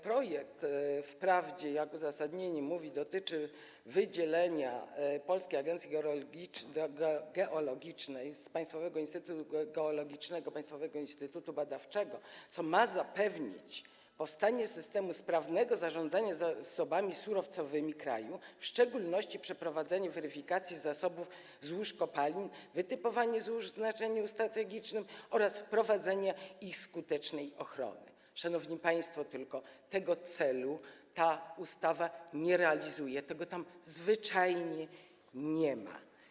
Projekt wprawdzie, jak mówi uzasadnienie, dotyczy wydzielenia Polskiej Agencji Geologicznej z Państwowego Instytutu Geologicznego - Państwowego Instytutu Badawczego, co ma zapewnić powstanie systemu sprawnego zarządzania zasobami surowcowymi kraju, w szczególności przeprowadzenie weryfikacji zasobów złóż kopalin, wytypowanie złóż w znaczeniu strategicznym oraz wprowadzenie ich skutecznej ochrony, szanowni państwo, ale tego celu ta ustawa nie realizuje, tego tam zwyczajnie nie ma.